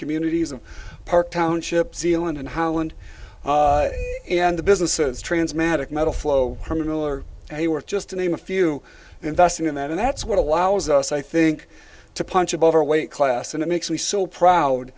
communities of park township zealand and holland and the businesses trans matic metal flow criminal or they work just to name a few investing in that and that's what allows us i think to punch above our weight class and it makes me so proud